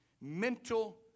mental